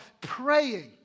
praying